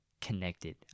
connected